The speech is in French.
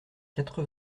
quatre